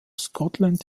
scotland